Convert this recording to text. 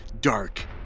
dark